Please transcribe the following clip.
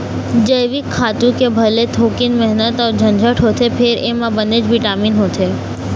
जइविक खातू म भले थोकिन मेहनत अउ झंझट होथे फेर एमा बनेच बिटामिन होथे